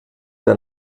der